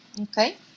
Okay